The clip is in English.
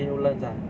in woodlands ah